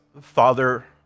Father